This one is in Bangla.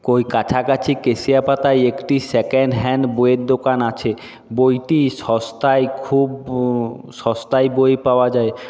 ওই কাছাকাছি কেশিয়াপাতায় একটি সেকেন্ড হ্যান্ড বইয়ের দোকান আছে বইটি সস্তায় খুব সস্তায় বই পাওয়া যায়